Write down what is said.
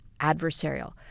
adversarial